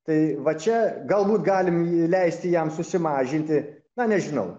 tai va čia galbūt galim leisti jam susimažinti na nežinau